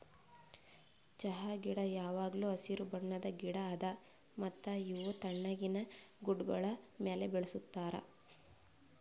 ಚಹಾ ಗಿಡ ಯಾವಾಗ್ಲೂ ಹಸಿರು ಬಣ್ಣದ್ ಗಿಡ ಅದಾ ಮತ್ತ ಇವು ತಣ್ಣಗಿನ ಗುಡ್ಡಾಗೋಳ್ ಮ್ಯಾಲ ಬೆಳುಸ್ತಾರ್